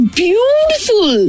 beautiful